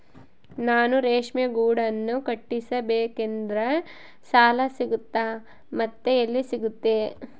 ನಾನು ರೇಷ್ಮೆ ಗೂಡನ್ನು ಕಟ್ಟಿಸ್ಬೇಕಂದ್ರೆ ಸಾಲ ಸಿಗುತ್ತಾ ಮತ್ತೆ ಎಲ್ಲಿ ಸಿಗುತ್ತೆ?